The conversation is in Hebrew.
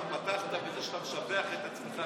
אתה פתחת בזה שאתה משבח את עצמך.